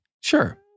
sure